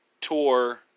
tour